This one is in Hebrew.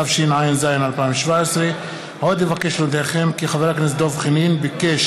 התשע"ז 2017. עוד אבקש להודיעכם כי חבר הכנסת דב חנין ביקש